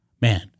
Man